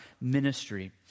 ministry